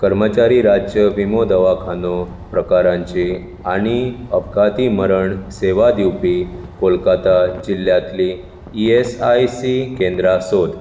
कर्मचारी राज्य विमो दवाखानो प्रकाराचीं आनी अपघाती मरण सेवा दिवपी कोलकाता जिल्ल्यांतलीं ई एस आय सी केंद्रां सोद